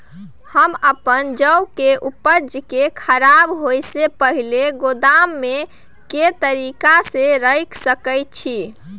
हम अपन जौ के उपज के खराब होय सो पहिले गोदाम में के तरीका से रैख सके छी?